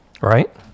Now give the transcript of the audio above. Right